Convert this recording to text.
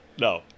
No